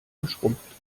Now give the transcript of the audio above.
geschrumpft